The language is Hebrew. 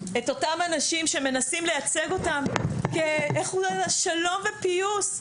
את אותם אנשים שמנסים לייצג אותם וכשלום ופיוס,